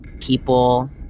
people